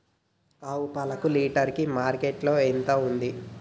ఆవు పాలకు లీటర్ కి మార్కెట్ లో ఎంత ఉంది?